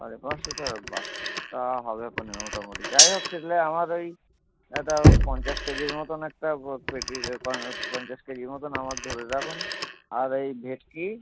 সাড়ে পাঁচশো তো বা তা হবে এখনই মোটামোটি যাই হোক সেগুলো আমার ওই এই এটা পঞ্চাশ কেজির মতোন একটা বড় পেটি রেখো হ্যাঁ পঞ্চাশ কেজির মতোন আমার ধরে রাখুন আর এই ভেটকি